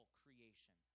creation